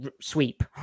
sweep